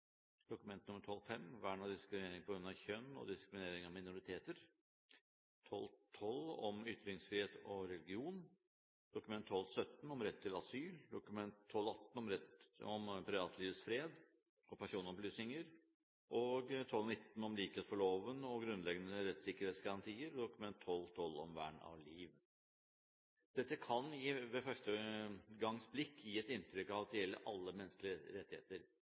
Dokument nr. 12:5 for 2007–2008, om vern av kjønn og diskriminering av minoriteter, Dokument nr. 12:12 for 2007–2008, om ytringsfrihet og religion, Dokument nr. 12:17 for 2007–2008, om rett til asyl, Dokument nr. 12:18 for 2007–2008, om privatlivets fred og personopplysninger, Dokument 12:19 for 2007–2008, om likhet for loven og grunnleggende rettssikkerhetsgarantier og Dokument nr. 12:22 for 2007–2008, om vern av liv. Dette kan ved første gangs blikk gi inntrykk av å gjelde alle menneskelige rettigheter.